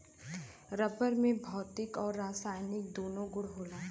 rubber में भौतिक आउर रासायनिक दून्नो गुण होला